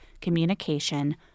communication